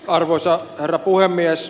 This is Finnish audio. arvoisa herra puhemies